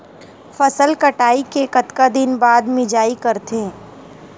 फसल कटाई के कतका दिन बाद मिजाई करथे?